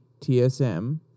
TSM